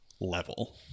level